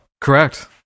Correct